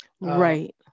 Right